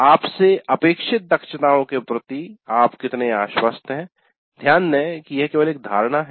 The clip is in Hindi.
आप से अपेक्षित दक्षताओं के प्रति आप कितने आश्वस्त हैं ध्यान दें कि यह केवल एक धारणा है